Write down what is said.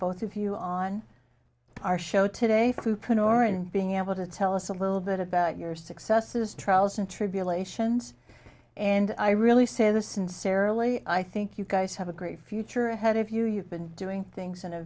you on our show today fuken or and being able to tell us a little bit about your successes trials and tribulations and i really say this sincerely i think you guys have a great future ahead of you you've been doing things in a